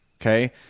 okay